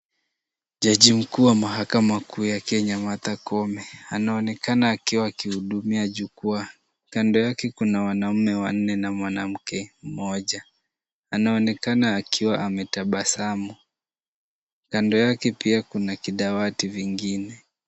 Jaji mkuu wa mahakama kuu ya Kenya Martha Koome, anaonekana akiwa akihudumia jukwaa ,kando yake kuna wanaume wanne na mwanamke mmoja anaonekana akiwa ametabasamu ,kando yake pia kuna kidawati vingine.